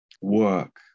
work